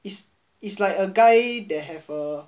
it's it's like a guy that have a